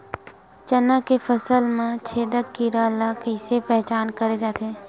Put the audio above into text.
चना के फसल म फल छेदक कीरा ल कइसे पहचान करे जाथे?